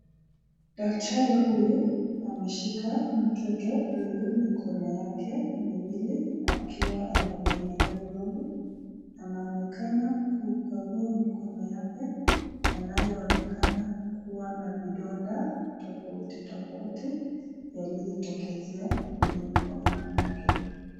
Daktari huyu ameshika mtoto huyu mikono wake miwili akiwa amevalia glovu. Anaonekana kukagua mikono yake, anayoonekana kua na vidonda tofauti tofauti yaliyotokezea kwenye mikononi mwake.